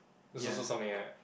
is also something like that